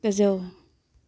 गोजौ